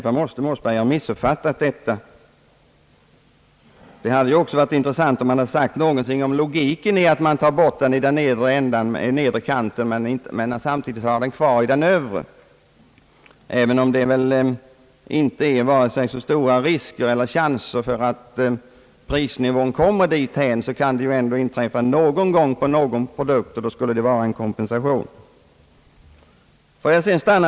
Herr Mossberger måste därför ha missuppfattat detta. Det hade också varit intressant om han sagt någonting om logiken i att man tar bort automatiken när det gäller den nedre buffertzonen men samtidigt har den kvar vid den övre — även om det väl inte är så stora risker eller chanser att prisnivån kommer så högt kan det inträffa någon gång för någon produkt, och då skulle det vara åtminstone någon kompensation.